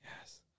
Yes